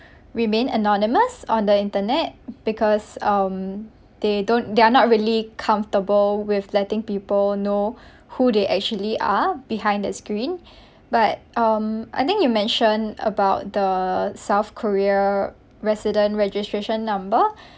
remain anonymous on the internet because um they don't they're not really comfortable with letting people know who they actually are behind that screen but um I think you mentioned about the south korea resident registration number